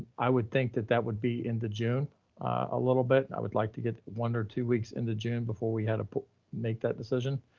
i would think that that would be in the june a little bit. and i would like to get one or two weeks into june before we had to make that decision,